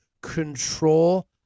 control